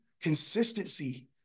consistency